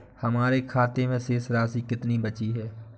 हमारे खाते में शेष राशि कितनी बची है?